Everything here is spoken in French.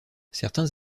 certains